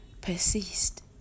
persist